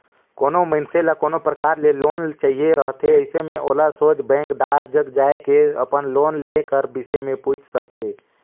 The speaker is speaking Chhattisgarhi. कोनो मइनसे ल कोनो परकार ले लोन चाहिए रहथे अइसे में ओला सोझ बेंकदार जग जाए के अपन लोन लेहे कर बिसे में पूइछ सके